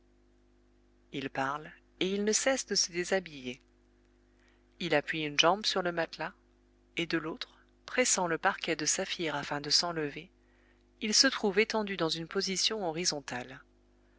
il parle et il ne cesse de se déshabiller il appuie une jambe sur le matelas et de l'autre pressant le parquet de saphir afin de s'enlever il se trouve étendu dans une position horizontale